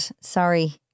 Sorry